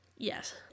Yes